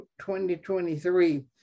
2023